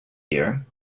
year